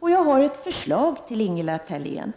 Jag har ett förslag till Ingela Thalén.